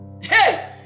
hey